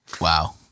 Wow